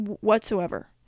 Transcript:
Whatsoever